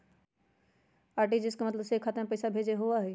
RTGS के मतलब दूसरे के खाता में पईसा भेजे होअ हई?